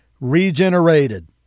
Regenerated